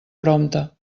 prompte